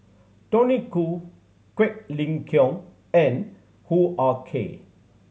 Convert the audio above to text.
Tony Khoo Quek Ling Kiong and Hoo Ah Kay